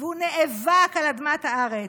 והוא נאבק על אדמת הארץ.